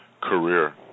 career